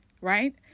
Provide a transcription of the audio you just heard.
right